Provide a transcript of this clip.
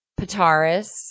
Pataris